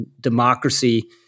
democracy